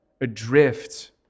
adrift